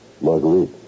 Marguerite